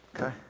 Okay